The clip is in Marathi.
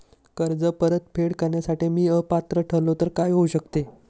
कर्ज परतफेड करण्यास मी अपात्र ठरलो तर काय होऊ शकते?